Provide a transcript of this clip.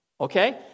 okay